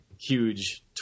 huge